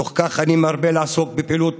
בתוך כך אני מרבה לעסוק בפעילות